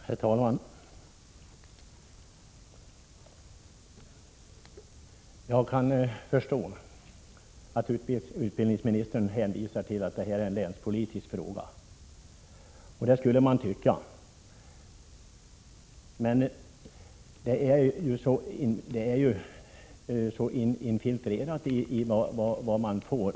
Herr talman! Jag kan förstå att utbildningsministern hänvisar till att detta är en länspolitisk fråga. Men en sådan här fråga är ju så involverad i många andra.